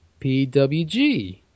PWG